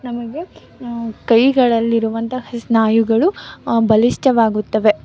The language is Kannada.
ನಮಗೆ ಕೈಗಳಲ್ಲಿರುವಂತಹ ಸ್ನಾಯುಗಳು ಬಲಿಷ್ಠವಾಗುತ್ತವೆ